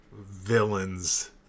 villains